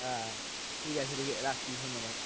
হ্যাঁ ঠিক আছে ঠিক রাখছি ধন্যবাদ